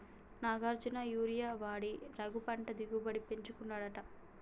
Nagarjuna urea వాడి రఘు పంట దిగుబడిని పెంచుకున్నాడట